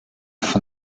des